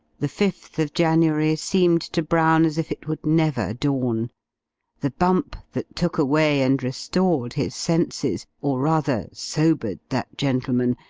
the fifth of january seemed to brown as if it would never dawn the bump that took away and restored his senses, or, rather, sobered that gentleman,